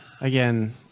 Again